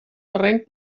terreny